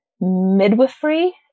midwifery